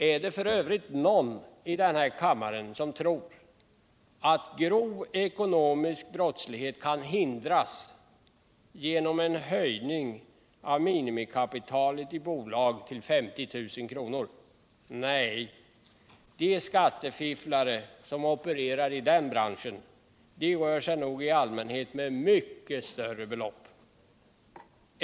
Är det f. ö. någon ledamot av kammaren som tror att grov ekonomisk brottslighet kan hindras genom en höjning av minimikapitalet i aktiebolag till 50 000 kr.? Nej, de skattefifflare som opererar iden branschen rör sig nog i allmänhet med mycket större belopp.